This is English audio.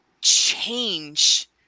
change